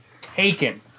taken